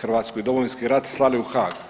hrvatski Domovinski rat slali u Haag.